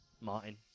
Martin